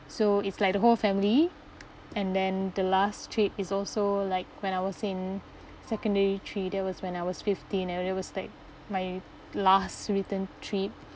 so it's like the whole family and then the last trip is also like when I was in secondary three that was when I was fifteen and it was like my last return trip